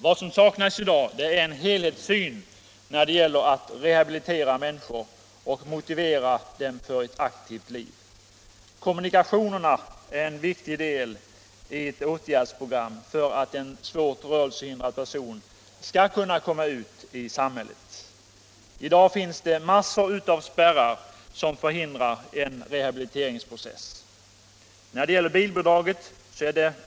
Vad som saknas i dag är en helhetssyn när det gäller att rehabilitera människor och motivera dem för ett aktivt liv. Kommunikationerna är en viktig del i ett åtgärdsprogram för att en svårt rörelsehindrad person skall kunna komma ut i samhället. I dag finns massor av spärrar, som förhindrar en rehabiliteringsprocess.